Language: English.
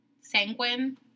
Sanguine